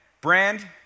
brand